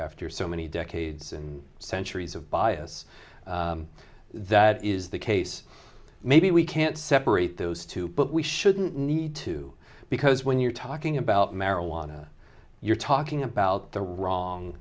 after so many decades and centuries of bias that is the case maybe we can't separate those two but we shouldn't need to because when you're talking about marijuana you're talking about the wrong